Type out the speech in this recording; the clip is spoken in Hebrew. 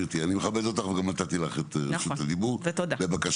אני מכבד אותך וגם נתתי לך את רשות הדיבור לבקשתך,